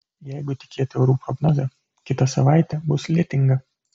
jeigu tikėti orų prognoze kita savaitė bus lietinga